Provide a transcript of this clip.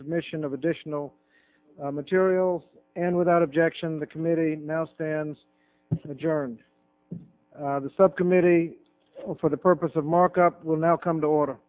submission of additional materials and without objection the committee now stands adjourned the subcommittee for the purpose of markup will now come to order